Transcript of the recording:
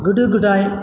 गोदो गोदाय